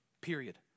period